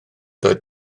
doedd